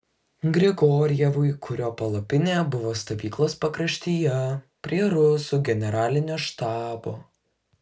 grigorjevui kurio palapinė buvo stovyklos pakraštyje prie rusų generalinio štabo